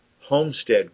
homestead